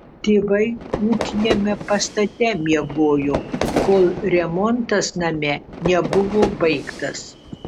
tėvai ūkiniame pastate miegojo kol remontas name nebuvo baigtas